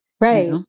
right